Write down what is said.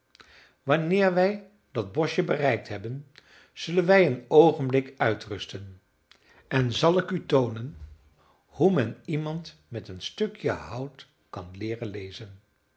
wanneer wij dat boschje bereikt hebben zullen wij een oogenblik uitrusten en zal ik u toonen hoe men iemand met een stukje hout kan leeren lezen